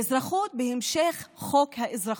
באזרחות, ובהמשך, חוק האזרחות,